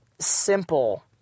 simple